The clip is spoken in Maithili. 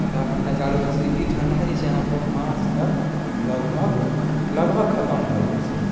ठण्डा पड़नाइ चालु भऽ जाइत छै ई ठण्डा जे अहाँकऽ मार्च तक लगभग लगभग खतम भऽ जाइत छै